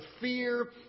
fear